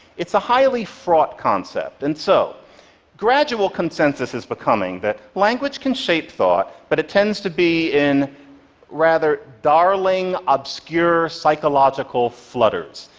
it's a highly fraught concept. and so gradual consensus is becoming that language can shape thought, but it tends to be in rather darling, obscure psychological flutters.